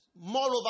moreover